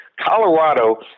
Colorado